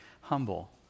humble